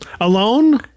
Alone